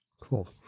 cool